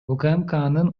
укмкнын